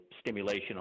stimulation